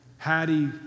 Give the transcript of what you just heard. Hattie